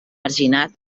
marginat